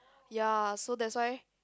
ya so that's why